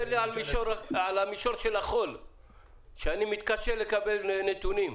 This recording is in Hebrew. על המישור של החול שאני מתקשה לקבל נתונים.